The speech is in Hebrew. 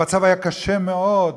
המצב היה קשה מאוד,